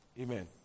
Amen